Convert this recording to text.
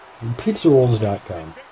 Pizzarolls.com